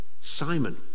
simon